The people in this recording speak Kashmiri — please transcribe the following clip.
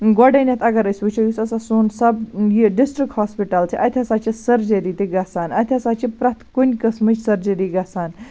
گۄڈٕنیٚتھ اَگَر أسۍ وٕچھو یُس ہَسا سون سَب یہِ ڈِسٹرک ہاسپِٹَل چھُ اَتہِ ہَسا چھ سٔرجری تہِ گَژھان اَتہِ ہَسا چھِ پرٮ۪تھ کُنہ قسمٕچ سٔرجری گَژھان